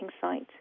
site